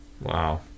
Wow